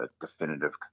definitive